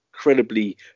Incredibly